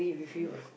ya